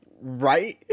Right